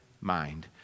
mind